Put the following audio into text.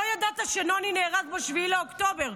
לא ידעת שנוני נהרג ב-7 באוקטובר.